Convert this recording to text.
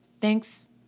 Thanks